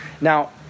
Now